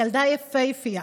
ילדה יפהפייה,